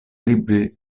libri